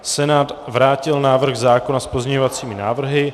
Senát vrátil návrh zákona s pozměňovacími návrhy.